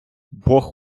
бог